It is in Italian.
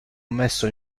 messo